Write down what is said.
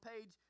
page